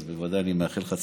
אז בוודאי אני מאחל לך,